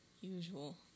usual